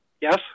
Yes